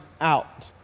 out